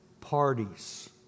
parties